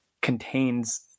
contains